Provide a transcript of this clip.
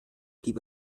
blieb